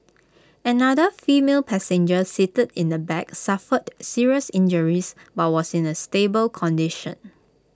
another female passenger seated in the back suffered serious injuries but was in A stable condition